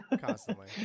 Constantly